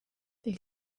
they